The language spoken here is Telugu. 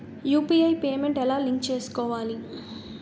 యు.పి.ఐ పేమెంట్ ఎలా లింక్ చేసుకోవాలి?